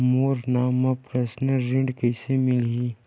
मोर नाम म परसनल ऋण कइसे मिलही?